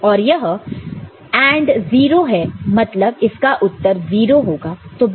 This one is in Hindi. और यह AND 0 है मतलब इसका उत्तर 0 होगा